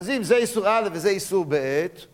אז אם זה איסור א' וזה איסור ב'